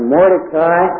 Mordecai